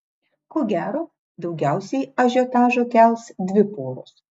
ko gero daugiausiai ažiotažo kels dvi poros